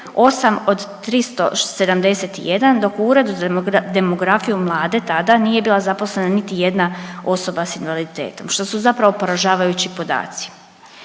8 od 371, dok u Uredu za demografiju i mlade tada nije bila zaposlena niti jedna osoba s invaliditetom što su zapravo poražavajući podaci.